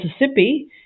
Mississippi